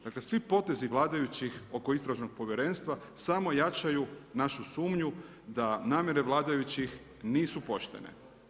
Dakle, svi potezi vladajućih oko Istražnog povjerenstva samo jačaju našu sumnju da namjere vladajućih nisu poštene.